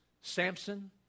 Samson